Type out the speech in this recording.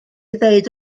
ddweud